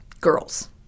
Girls